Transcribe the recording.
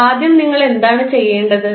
അതിനാൽ ആദ്യം നിങ്ങൾ എന്താണ് ചെയ്യേണ്ടത്